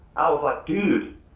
like, dude,